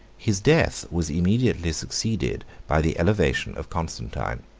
his death was immediately succeeded by the elevation of constantine.